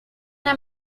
una